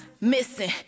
missing